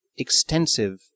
extensive